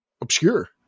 obscure